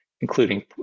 including